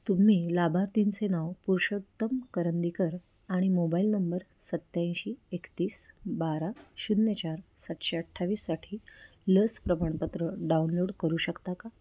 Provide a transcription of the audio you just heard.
तुम्ही लाभार्थींचे नाव पुरषोत्तम करंदीकर आणि मोबाईल नंबर सत्याऐंशी एकतीस बारा शून्य चार सातशे अठ्ठावीससाठी लस प्रमाणपत्र डाउनलोड करू शकता का